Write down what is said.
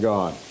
God